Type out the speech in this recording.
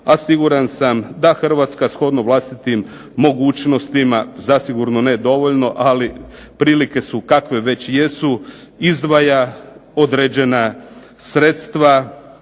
siguran sam da Hrvatska shodno vlastitim mogućnostima zasigurno ne dovoljno, ali prilike su kakve već jesu, izdvaja određena sredstva